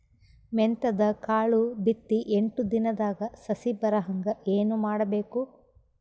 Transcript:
ಮೆಂತ್ಯದ ಕಾಳು ಬಿತ್ತಿ ಎಂಟು ದಿನದಾಗ ಸಸಿ ಬರಹಂಗ ಏನ ಮಾಡಬೇಕು?